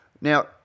Now